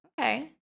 Okay